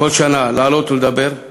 כל שנה לעלות ולדבר,